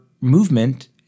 movement